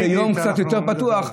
זה יום קצת יותר פתוח.